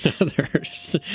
others